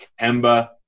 Kemba